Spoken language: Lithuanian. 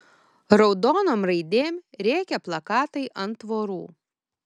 raudonom raidėm rėkė plakatai ant tvorų